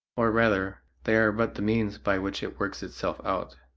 or, rather, they are but the means by which it works itself out.